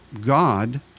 God